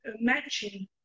matching